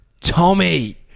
Tommy